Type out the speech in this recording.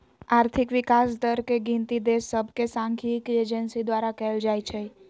आर्थिक विकास दर के गिनति देश सभके सांख्यिकी एजेंसी द्वारा कएल जाइ छइ